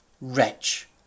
Wretch